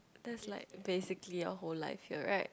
that's like basically our whole life here right